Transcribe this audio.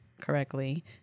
correctly